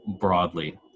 broadly